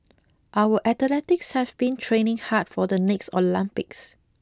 our athletes have been training hard for the next Olympics